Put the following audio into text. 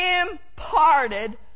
imparted